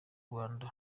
rwanda